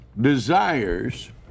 desires